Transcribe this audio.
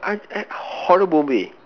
I at horrible way